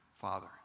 father